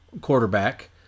quarterback